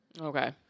Okay